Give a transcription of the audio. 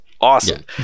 awesome